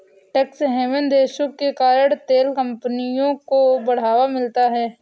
tax haven देशों के कारण तेल कंपनियों को बढ़ावा मिलता है